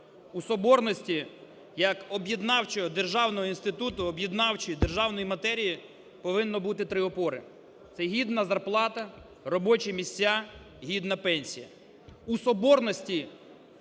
У соборності як об'єднавчого державного інституту об'єднавчої державної матерії повинно бути три опори: це гідна зарплата, робочі місця, гідна пенсія.